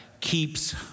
keeps